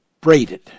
braided